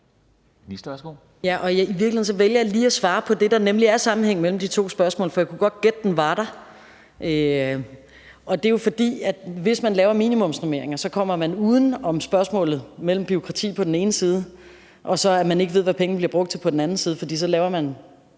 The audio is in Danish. vælger jeg lige at svare på det, der nemlig er sammenhængen mellem de to spørgsmål, for jeg kunne godt gætte, at den var der. Hvis man laver minimumsnormeringer, kommer man uden om spørgsmålet om bureaukrati på den ene side og det, at man ikke ved, hvad pengene bliver brugt til, på den anden side. For så laver man